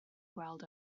gweld